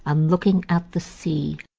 on looking at the sea,